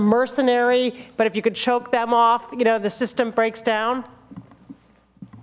mercenary but if you could choke them off you know the system breaks